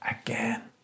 again